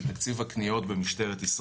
החלפת כלי הרכב של המשטרה,